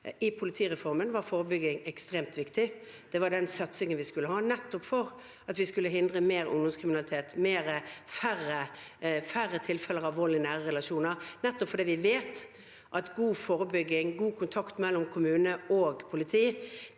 I politireformen var forebygging ekstremt viktig. Det var den satsingen vi skulle ha for at vi skulle hindre mer ungdomskriminalitet og få færre tilfeller av vold i nære relasjoner, nettopp fordi vi vet at god forebygging og god kontakt mellom kommune og politi